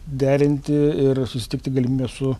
derinti ir susitikti galimybę su